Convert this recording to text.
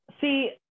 see